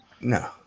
No